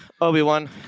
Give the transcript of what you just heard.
Obi-Wan